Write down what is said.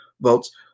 votes